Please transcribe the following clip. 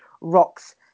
rocks